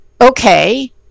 okay